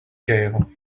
jail